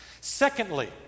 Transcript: Secondly